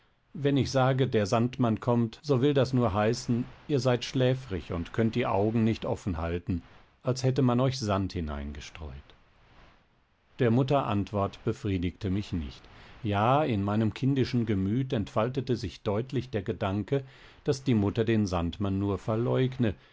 wenn ich sage der sandmann kommt so will das nur heißen ihr seid schläfrig und könnt die augen nicht offen behalten als hätte man euch sand hineingestreut der mutter antwort befriedigte mich nicht ja in meinem kindischen gemüt entfaltete sich deutlich der gedanke daß die mutter den sandmann nur verleugne